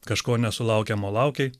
kažko nesulaukiamo laukei